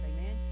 amen